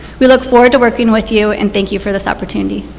we look forward to working with you and thank you for this opportunity.